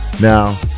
now